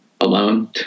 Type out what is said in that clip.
alone